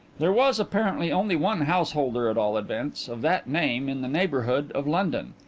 there was, apparently, only one householder at all events of that name in the neighbourhood of london.